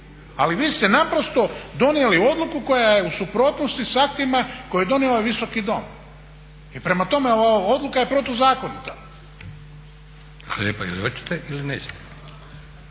Ali vi ste naprosto donijeli odluku koja je u suprotnosti sa aktima koje je donio ovaj Visoki dom. I prema tome, ova odluka je protuzakonita. **Leko, Josip (SDP)**